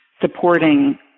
supporting